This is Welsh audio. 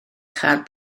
chael